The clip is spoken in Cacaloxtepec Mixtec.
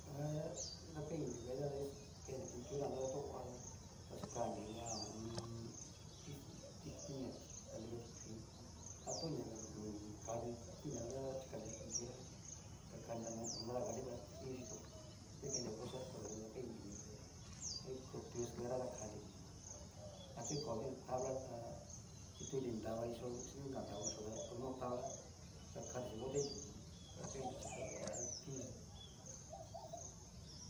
Da dakainri ini vee dikan ta xan kenri pintura ta tó uata ta chikaganri lia hu u un. tis tiner, ta nruta tikuii a to'ña ni ka tu tinerjan tá chikanri lia pintura ta kanrita mo nadakanrita, chín yitón ta hu kennri brocha ta oyunri dakainri ini vée ta hu kutta kanri nu escalera ninó, achikodo tunri tabla tá chitunri nrava iin chó nra inka chó ta kono tabla, ta kanri chín botenri ninó, dakainri chika vée a tiyí.